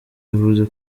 yavuze